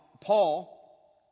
Paul